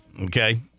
okay